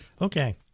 Okay